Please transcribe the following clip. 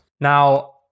Now